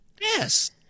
Yes